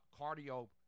cardio